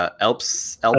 Elps